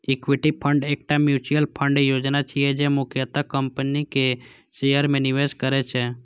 equity fund एकटा mutual fund योजना छियै, जे मुख्यतः कंपनीक शेयर मे निवेश करै छै